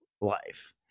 life